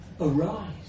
arise